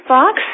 Fox